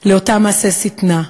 לאותם מעשי שטנה: